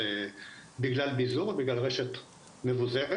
בגלל ביזור או בגלל רשת מבוזרת.